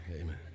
amen